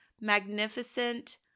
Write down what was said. magnificent